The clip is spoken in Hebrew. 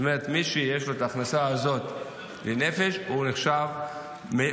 זאת אומרת מי שיש לו את ההכנסה הזאת לנפש נחשב עני.